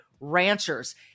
ranchers